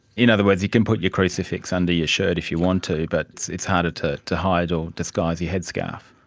in other words, you can put your crucifix under your shirt if you want to, but it's it's harder to to hide or disguise your headscarf.